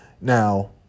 Now